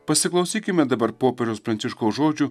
pasiklausykime dabar popiežiaus pranciškaus žodžių